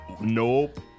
nope